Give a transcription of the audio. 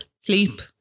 sleep